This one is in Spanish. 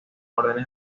órdenes